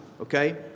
okay